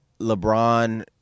lebron